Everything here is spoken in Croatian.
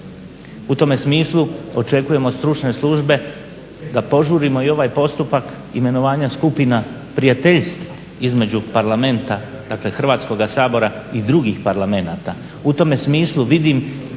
U tome smislu očekujemo stručne službe da požurimo i ovaj postupak imenovanja skupina prijateljstva između Parlamenta, dakle Hrvatskog sabora i drugih parlamenata.